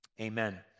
amen